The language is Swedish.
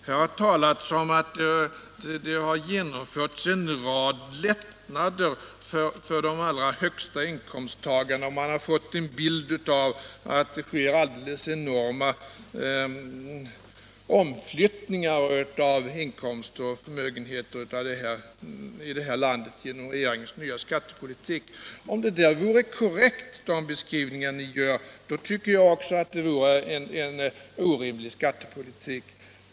Här har talats om att det har genomförts en rad lättnader för de allra högsta inkomsttagarna, och man har fått en bild av att det sker enorma omflyttningar av inkomster och förmögenheter här i landet genom regeringens nya skattepolitik. Om de beskrivningarna vore korrekta tycker jag också att det vore en orimlig skattepolitik.